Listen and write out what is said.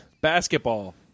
Basketball